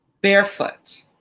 barefoot